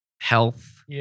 health